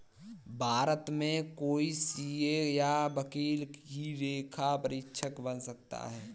भारत में कोई सीए या वकील ही लेखा परीक्षक बन सकता है